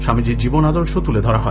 স্বামীজির জীবন আদর্শ তুলে ধরা হয়